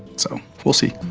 so, we'll see.